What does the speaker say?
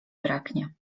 braknie